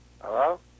Hello